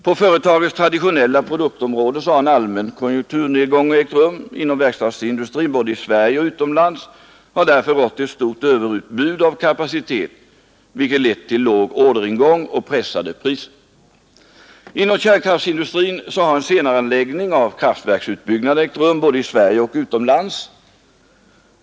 På företagets traditionella produktområde har en allmän konjunkturnedgång ägt rum. Inom verkstadsindustrin både i Sverige och utomlands har därför rått ett stort överutbud av kapacitet, vilket lett till låg orderingång och pressade priser. Inom kärnkraftsindustrin har en senareläggning av kraftverksutbyggnad ägt rum både i Sverige och utomlands.